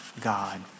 God